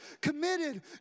committed